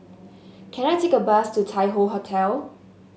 can I take a bus to Tai Hoe Hotel